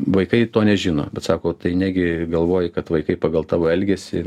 vaikai to nežino bet sako tai negi galvoji kad vaikai pagal tavo elgesį